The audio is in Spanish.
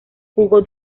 jugó